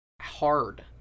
hard